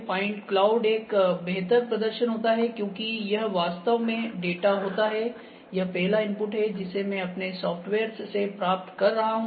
point cloud एक बेहतर प्रदर्शन होता है क्योंकि यह वास्तव में डेटा होता हैयह पहला इनपुट है जिसे मैं अपने सॉफ्टवेयर्स से प्राप्त कर रहा हूं